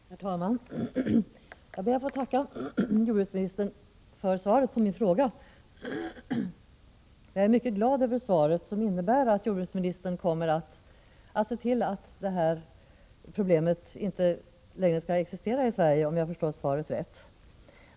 Herr talman! Jag ber att få tacka jordbruksministern för svaret på min fråga. Jag är mycket glad över svaret, som innebär att jordbruksministern, om jag förstår svaret rätt, kommer att se till att detta problem inte längre skall existera i Sverige.